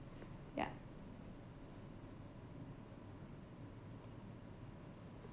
ya